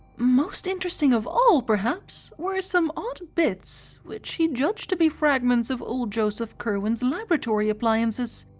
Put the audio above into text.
most interesting of all, perhaps, were some odd bits which he judged to be fragments of old joseph curwen's laboratory appliances.